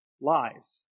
lies